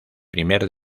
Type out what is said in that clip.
primer